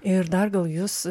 ir dar gal jus